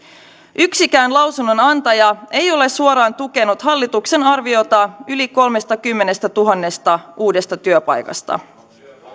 yksikään lausunnonantaja ei ole suoraan tukenut hallituksen arviota yli kolmestakymmenestätuhannesta uudesta työpaikasta